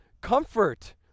comfort